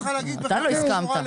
אתה לא הסכמת.